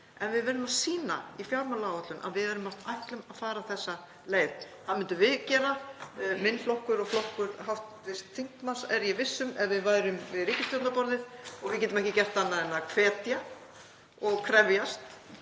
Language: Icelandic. En við verðum að sýna í fjármálaáætlun að við ætlum að fara þessa leið. Það myndum við gera, minn flokkur og flokkur hv. þingmanns, er ég viss um, ef við værum við ríkisstjórnarborðið. Við getum ekki gert annað en að hvetja til þess